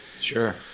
Sure